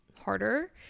harder